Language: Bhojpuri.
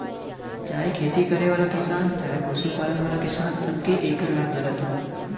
चाहे खेती करे वाला किसान चहे पशु पालन वाला किसान, सबके एकर लाभ मिलत हौ